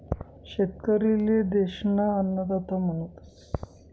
शेतकरी ले देश ना अन्नदाता म्हणतस